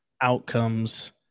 outcomes